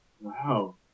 Wow